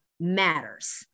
Matters